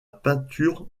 peinture